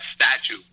statue